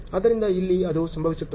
ಆದ್ದರಿಂದ ಇಲ್ಲಿ ಅದು ಸಂಭವಿಸುತ್ತದೆ